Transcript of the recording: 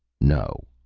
no,